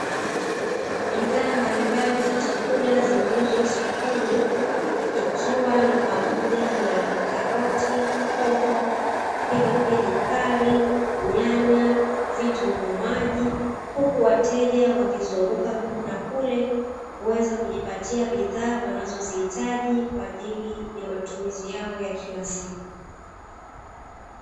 Bidhaa mbalimbali za chakula zinauzwa sokoni ikiwa ni pamoja na karoti, hoho, pilipili kali, nyanya, vitunguu maji, huku wateja wakizunguka huku na kule kuweza kujipatia bidhaa wanazozihitaji kwa ajili ya matumizi yao ya kila siku.